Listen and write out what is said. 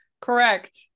Correct